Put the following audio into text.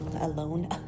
alone